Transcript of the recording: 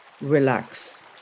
relax